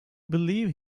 believe